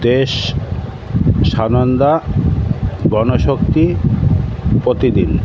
দেশ সানন্দা গণশক্তি প্রতিদিন